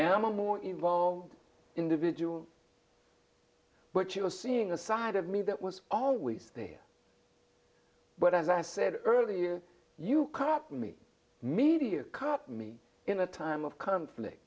am a more involved individual but you are seeing a side of me that was always there but as i said earlier you caught me media caught me in a time of conflict